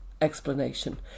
explanation